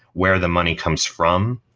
where the money comes from,